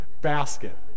basket